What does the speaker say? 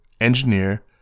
engineer